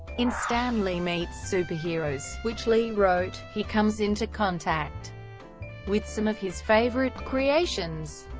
in stan lee meets superheroes, which lee wrote, he comes into contact with some of his favorite creations.